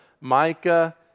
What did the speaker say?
Micah